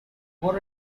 what